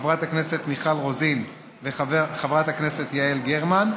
חברת הכנסת מיכל רוזין וחברת הכנסת יעל גרמן,